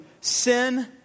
sin